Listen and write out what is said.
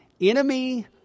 enemy